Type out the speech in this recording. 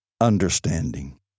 understanding